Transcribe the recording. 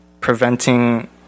preventing